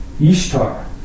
Ishtar